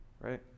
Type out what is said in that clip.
right